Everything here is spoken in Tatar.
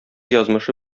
язмышы